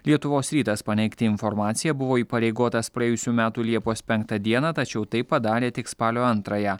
lietuvos rytas paneigti informaciją buvo įpareigotas praėjusių metų liepos penktą dieną tačiau tai padarė tik spalio antrąją